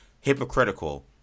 hypocritical